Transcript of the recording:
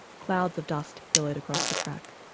clouds of dust billowed across the track.